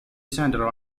centre